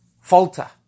falter